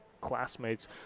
classmates